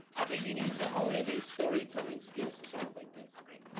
i think he needs to hone in his storytelling skills for songs like this okay,